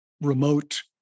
remote